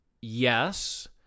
yes